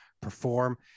perform